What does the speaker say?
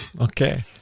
Okay